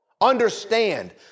understand